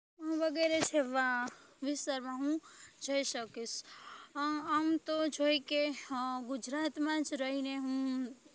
વગેરે જેવા વિસ્તારમાં હું જઈ શકીશ આમ તો જોઈ કે ગુજરાતમાં જ રહીને હું